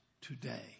today